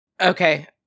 Okay